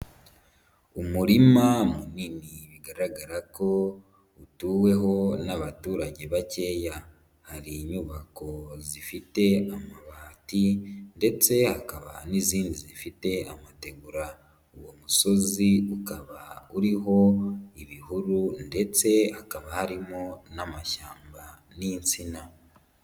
Umurima munini bigaragara ko utuweho n'abaturage bakeya, hari inyubako zifite amabati, ndetse hakaba n'izindi zifite amategura. Uwo musozi ukaba uriho ibihuru ndetse hakaba harimo n'amashyamba n'insina.